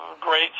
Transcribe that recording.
great